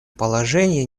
положении